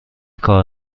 کار